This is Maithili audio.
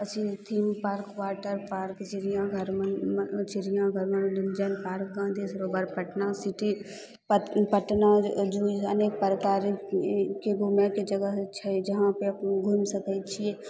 अथी पार्क वाटर पार्क चिड़ियाघर चिड़ियाघर मनोरञ्जन पार्क गांँधी सरोवर पटना सिटी पट पटना ज़ू अनेक प्रकार ई घूमयके जगह छै जहाँपर घुमि सकय छी